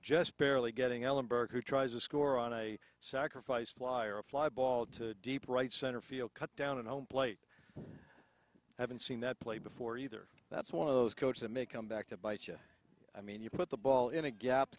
just barely getting ellenberg who tries to score on a sacrifice fly or a fly ball to deep right center field cut down and home plate i haven't seen that play before either that's one of those coats that may come back to bite you i mean you put the ball in a gap